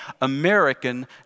American